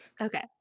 Okay